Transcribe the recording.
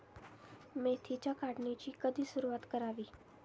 मेथीच्या काढणीची कधी सुरूवात करावी?